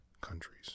countries